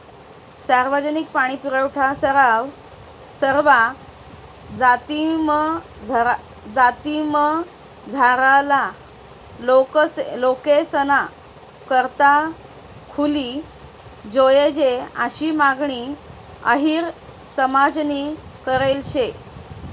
सार्वजनिक पाणीपुरवठा सरवा जातीमझारला लोकेसना करता खुली जोयजे आशी मागणी अहिर समाजनी करेल शे